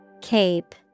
Cape